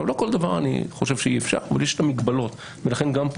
לא כל דבר אני חושב שאי אפשר אבל יש את המגבלות ולכן גם כאן